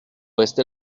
restez